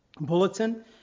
bulletin